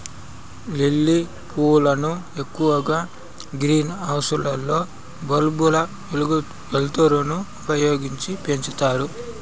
lily పూలను ఎక్కువగా greenhouse లలో బల్బుల వెలుతురును ఉపయోగించి పెంచుతారు